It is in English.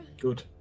Good